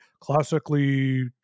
classically